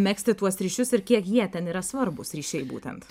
megzti tuos ryšius ir kiek jie ten yra svarbūs ryšiai būtent